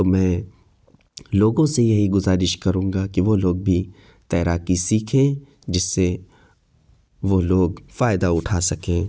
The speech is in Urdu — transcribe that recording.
تو میں لوگوں سے یہی گذارش کروں گا کہ وہ لوگ بھی تیراکی سیکھیں جس سے وہ لوگ فائدہ اٹھا سکیں